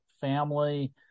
family